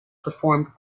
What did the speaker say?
performed